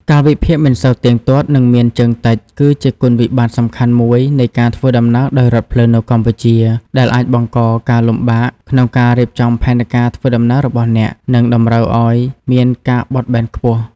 កាលវិភាគមិនសូវទៀងទាត់ និងមានជើងតិច គឺជាគុណវិបត្តិសំខាន់មួយនៃការធ្វើដំណើរដោយរថភ្លើងនៅកម្ពុជា ដែលអាចបង្កការលំបាកក្នុងការរៀបចំផែនការធ្វើដំណើររបស់អ្នក និងតម្រូវឱ្យមានការបត់បែនខ្ពស់។